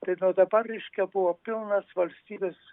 tai nuo dabar reiškia buvo pilnas valstybės